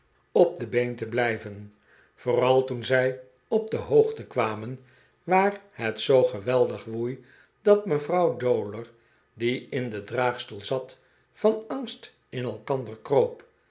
op de been te blijven vooral toen zij op de hoogte kwamen waar het zoo geweldig woei dat mevrouw dowler die in den draagstoel zat van angst in elkander kroop